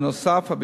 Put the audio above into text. נוסף על כך,